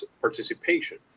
participation